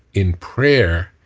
in prayer,